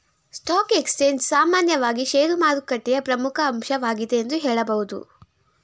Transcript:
stock exchange ಸಾಮಾನ್ಯವಾಗಿ ಶೇರುಮಾರುಕಟ್ಟೆಯ ಪ್ರಮುಖ ಅಂಶವಾಗಿದೆ ಎಂದು ಹೇಳಬಹುದು